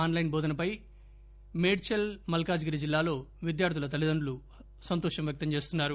on line బోధనపై Medchal Malkajgiri జిల్లాలో విద్యార్థుల తల్లితండ్రులు సంతోషం వ్యక్తం చేస్తున్నారు